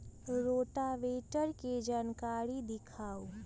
Rotavator के जानकारी दिआउ?